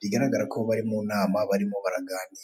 bigaragara ko bari mu inama barimo baragani.